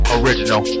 original